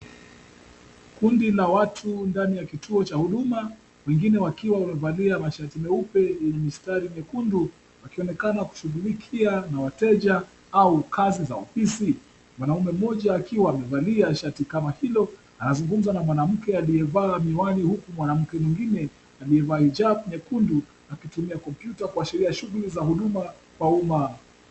Kundi la watu ndani ya kituo cha huduma, wengine wakiwa wamevalia shati nyeupe na mistari nyekundu wakionekana kushughulikia wateja au kazi za ofisi. Mwanaume mmoja akiwa amevalia shati kama hilo, anazungumza na mwanamke aliyevaa miwani huku mwanamke mwingine akivaa hijab nyekundu akitumia kompyuta kuashiria shughuli za huduma kwa uma.